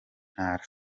ntara